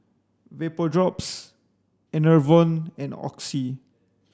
Vapodrops Enervon and Oxy